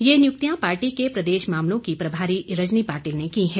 यह नियुक्तियां पार्टी के प्रदेश मामलों की प्रभारी रजनी पाटिल ने की हैं